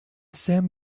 sam